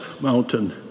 mountain